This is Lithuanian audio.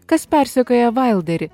kas persekioja vailderį